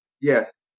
Yes